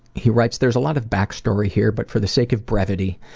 he writes, there's a lot of backstory here, but for the sake of brevity,